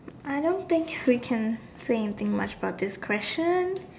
I don't think we can say anything much about this question